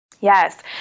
Yes